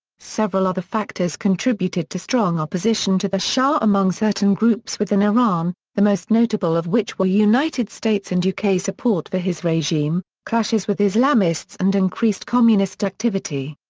several other factors contributed to strong opposition to the shah among certain groups within iran, the most notable of which were united states and uk support for his regime, clashes with islamists and increased communist activity.